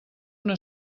una